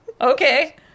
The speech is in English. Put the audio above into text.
okay